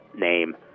name